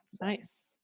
Nice